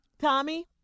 Tommy